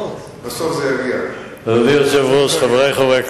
היא תועבר לוועדת הכלכלה להכנה לקריאה ראשונה.